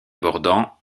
bordant